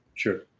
sure.